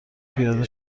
پیاده